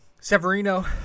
Severino